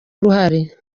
uruhare